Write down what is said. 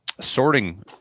sorting